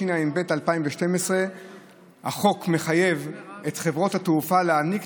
התשע"ב 2012. החוק מחייב את חברות התעופה להעניק